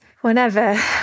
whenever